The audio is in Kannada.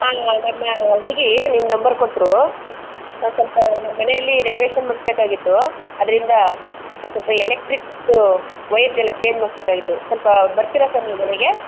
ಹಾಂ ನಮ್ಮ ಹುಡುಗಿ ನಿಮ್ಮ ನಂಬರ್ ಕೊಟ್ರು ಹಾಂ ಸ್ವಲ್ಪ ನಮ್ಮ ಮನೆಲ್ಲಿ ರೆನೊವೇಷನ್ ಮಾಡಿಸ್ಬೇಕಾಗಿತ್ತು ಅದರಿಂದ ಒಂದು ಸ್ವಲ್ಪ ಎಲೆಟ್ರಿಕ್ದು ವಯರ್ಸಯೆಲ್ಲ ಚೇಂಜ್ ಮಾಡಿಸ್ಬೇಕಾಗಿತ್ತು ಸ್ವಲ್ಪ ಬರ್ತೀರಾ ಸರ್ ನೀವು ಮನೆಗೆ